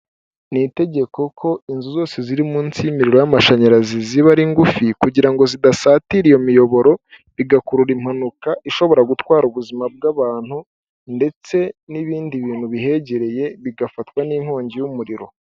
Ni itegeko ko inzu zose ziri munsi y'imiriro y'amashanyarazi ziba ari ngufi kugira ngo zidasatira iyo miyoboro bigakurura impanuka ishobora gutwara ubuzima bw'abantu ndetse n'ibindi bintu bihegereye bigafatwa n'inkongi y'umuriro.